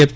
F